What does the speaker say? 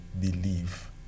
believe